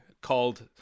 called